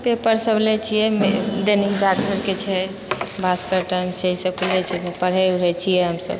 paper सब लै छियै दैनिक जागरणके छै भास्कर टाइम छै सब पढ़ै ओढ़ै छियै हमसब